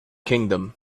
kingdom